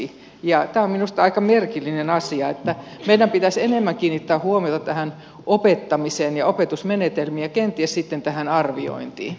tämä on minusta aika merkillinen asia joten meidän pitäisi enemmän kiinnittää huomiota tähän opettamiseen ja opetusmenetelmiin ja kenties sitten tähän arviointiin